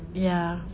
ya